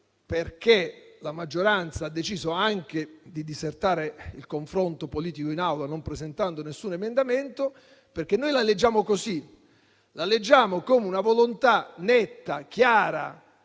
perché la maggioranza ha deciso anche di disertare il confronto politico in Aula, non presentando nessun emendamento. In questa condotta noi leggiamo una volontà netta, chiara